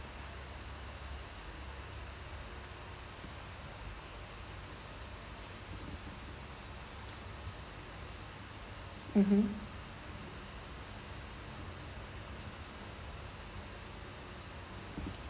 mmhmm